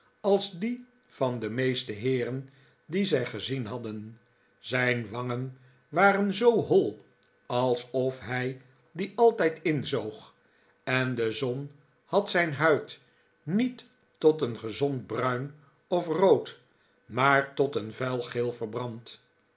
als die van de meeste heeren die zij gezien hadden zijn wangen waren zoo hoi alsof hij die altijd inzoog en de zon had zijn huid niet tot een gezond bruin of rood maar tot een vuil geel verbrand